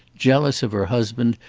jealous of her husband,